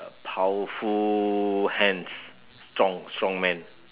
powerful hands strong strong man